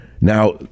Now